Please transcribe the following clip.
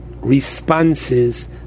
responses